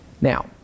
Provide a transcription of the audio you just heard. Now